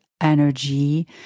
energy